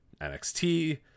NXT